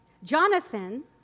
Jonathan